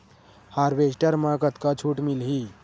Harvester म कतका छूट मिलही?